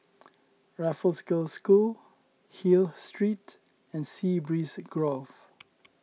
Raffles Girls' School Hill Street and Sea Breeze Grove